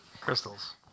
Crystals